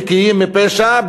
נקיים מפשע,